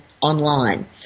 online